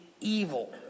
evil